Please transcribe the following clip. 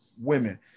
women